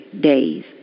days